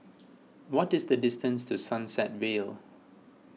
what is the distance to Sunset Vale